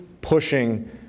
pushing